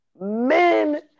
Men